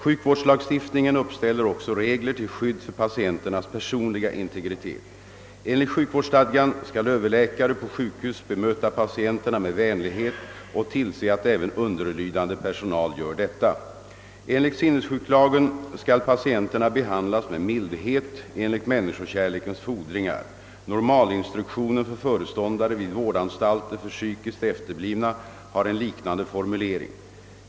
Sjukvårdslagstiftningen uppställer också regler till skydd för patienternas personliga integritet. Enligt sjukvårdsstadgan skall överläkare på sjukhus be möta patienterna med vänlighet och tillse att även underlydande personal gör detta. Enligt sinnessjuklagen skall patienterna behandlas med mildhet enligt människokärlekens fordringar. Normalinstruktioner för föreståndare vid vårdanstalter för psykiskt efterblivna har en liknande formulering.